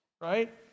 right